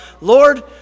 Lord